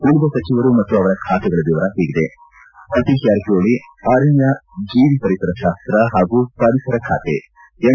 ಉಳಿದ ಸಚಿವರು ಮತ್ತು ಅವರ ಖಾತೆಗಳ ವಿವರ ಹೀಗಿದೆ ಸತೀಶ್ ಜಾರಕಿಹೊಳಿ ಅರಣ್ಯ ಜೀವಿ ಪರಿಸರ ಶಾಸ್ತ್ರ ಹಾಗೂ ಪರಿಸರ ಖಾತೆ ಎಂ